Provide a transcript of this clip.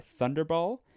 Thunderball